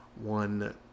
one